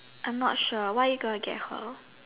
I'm not sure what are you gonna get her